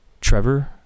Trevor